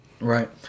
Right